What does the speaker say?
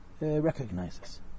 recognizes